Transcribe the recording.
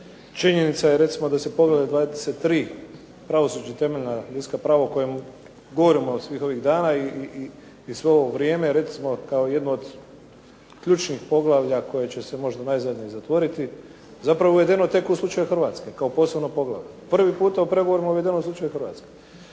Činjenica je recimo da se Poglavlje 23. – Pravosuđe i temeljna ljudska prava, o kojem govorimo svih ovih dana i svo ovo vrijeme recimo kao jedno od ključnih poglavlja koje će se možda najzadnje zatvoriti zapravo je uvedeno tek u slučaju Hrvatske kao posebno poglavlje. Prvi puta u pregovorima je uvedeno u slučaju Hrvatske.